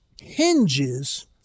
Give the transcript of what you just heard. hinges